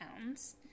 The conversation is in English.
pounds